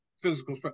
physical